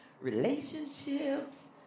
relationships